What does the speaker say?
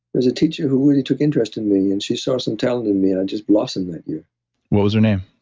was a teacher who really took interest in me and she saw some talent in me, and i just blossomed that year what was her name?